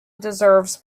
deserves